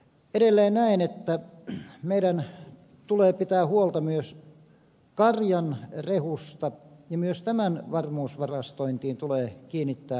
edelleen näen että meidän tulee pitää huolta myös karjan rehusta ja myös tämän varmuusvarastointiin tulee kiinnittää huomiota